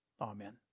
Amen